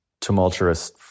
tumultuous